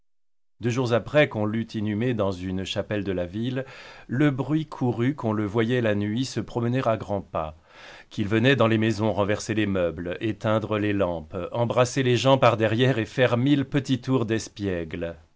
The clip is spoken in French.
deux jours après qu'on l'eût inhumé dans une chapelle de la ville le bruit courut qu'on le voyait la nuit se promener à grands pas qu'il venait dans les maisons renverser les meubles éteindre les lampes embrasser les gens par derrière et faire mille petits tours d'espiègle